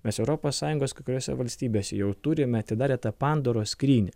mes europos sąjungos kai kuriose valstybėse jau turime atidarę tą pandoros skrynią